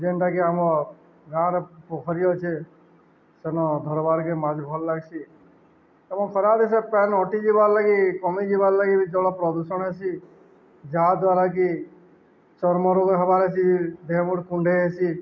ଯେନ୍ଟାକି ଆମ ଗାଁର ପୋଖରୀ ଅଛେ ସେନ ଧର୍ବାର୍କେ ମାଛ୍ ଭଲ୍ ଲାଗ୍ସି ଏବଂ ଖରାଦିନେ ସେ ପାଏନ୍ ହଟିଯିବାର୍ ଲାଗି କମିଯିବାର୍ ଲାଗି ବି ଜଳ ପ୍ରଦୂଷଣ ହେସି ଯାହା ଦ୍ୱାରାକିି ଚର୍ମ ରୋଗ ହେବାର୍ ହେସି ଦେହ୍ ମୁଡ଼୍ କୁଣ୍ଡେଇ ହେସି